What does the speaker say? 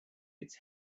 its